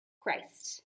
christ